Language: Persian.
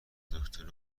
دکتر